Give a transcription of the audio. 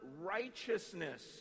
righteousness